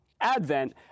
Advent